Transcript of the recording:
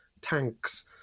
tanks